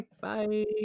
bye